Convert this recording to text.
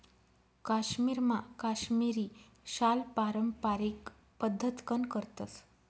काश्मीरमा काश्मिरी शाल पारम्पारिक पद्धतकन करतस